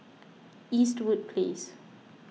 Eastwood Place